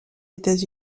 états